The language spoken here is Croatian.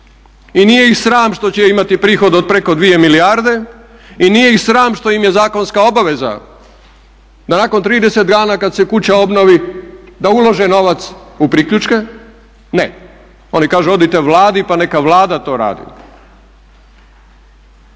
I nije ih sram što će imati prihod od preko 2 milijarde. I nije ih sram što im je zakonska obaveza nakon 30 dana kada se kuća obnovi da ulože novac u priključke. Ne, oni kažu odite Vladi pa neka Vlada to radi.